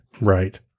right